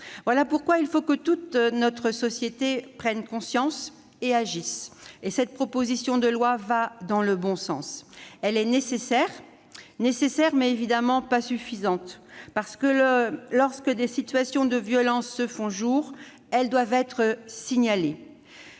Voilà pourquoi il faut que toute notre société en prenne conscience et agisse. Cette proposition de loi va dans le bon sens. Elle est nécessaire, mais évidemment pas suffisante : lorsque des situations de violence se font jour, elles doivent être signalées.